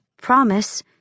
promise